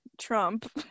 Trump